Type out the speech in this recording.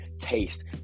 taste